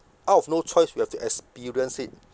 out of no choice we have to experience it